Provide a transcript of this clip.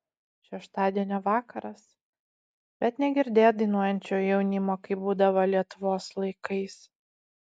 šeštadienio vakaras bet negirdėt dainuojančio jaunimo kaip būdavo lietuvos laikais